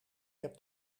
heb